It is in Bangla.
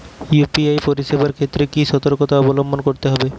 ইউ.পি.আই পরিসেবার ক্ষেত্রে কি সতর্কতা অবলম্বন করতে হবে?